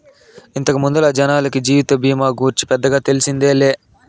ఇంతకు ముందల జనాలకి జీవిత బీమా గూర్చి పెద్దగా తెల్సిందేలే